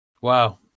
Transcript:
Wow